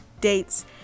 dates